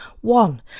One